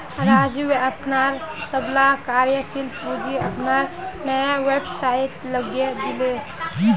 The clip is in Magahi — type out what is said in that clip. राजीव अपनार सबला कार्यशील पूँजी अपनार नया व्यवसायत लगइ दीले